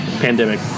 pandemic